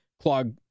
clog